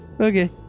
okay